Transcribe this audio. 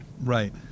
Right